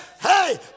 Hey